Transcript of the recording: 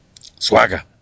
Swagger